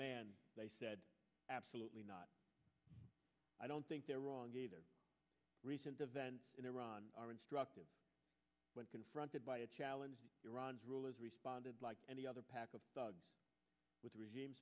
man they said absolutely not i don't think they're wrong either recent events in iran are instructive when confronted by a challenge to iran's rulers responded like any other pack of thugs with regime